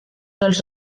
dels